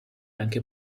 anche